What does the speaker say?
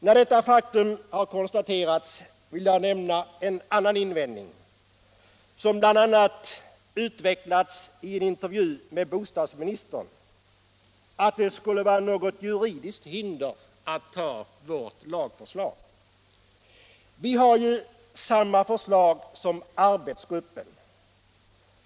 När detta faktum har konstaterats vill jag nämna en annan invändning —- som bl.a. utvecklats i en intervju med bostadsministern — att det skulle vara något juridiskt hinder att ta vårt lagförslag. Vi har ju samma förslag som arbetsgruppen.